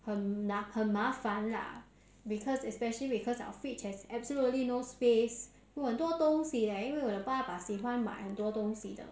很很麻烦 lah because especially because our fridge has absolutely no space 很多东西 leh 因为我的爸爸喜欢买很多东西的